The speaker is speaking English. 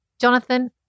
Jonathan